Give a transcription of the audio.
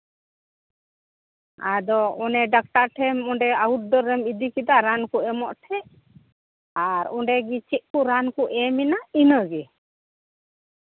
ᱟᱫᱚ ᱚᱱᱮ ᱰᱟᱠᱛᱟᱨ ᱴᱷᱮᱱ ᱚᱸᱰᱮ ᱟᱣᱩᱴᱰᱳᱨ ᱨᱮᱢ ᱤᱫᱤ ᱠᱮᱫᱟ ᱨᱟᱱ ᱠᱚ ᱮᱢᱚᱜ ᱴᱷᱮᱱ ᱟᱨ ᱚᱸᱰᱮ ᱜᱮ ᱪᱮᱫ ᱠᱚ ᱨᱟᱱ ᱠᱚ ᱮᱢᱮᱱᱟ ᱤᱱᱟᱹᱜᱮ